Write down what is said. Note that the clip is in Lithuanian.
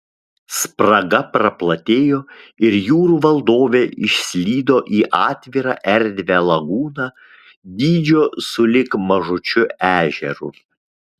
spraga praplatėjo ir jūrų valdovė išslydo į atvirą erdvią lagūną dydžio sulig mažučiu ežeru